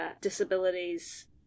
disabilities